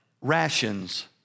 rations